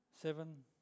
seven